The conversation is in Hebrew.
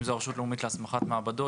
למשל הרשות הלאומית להסמכת מעבדות,